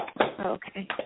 Okay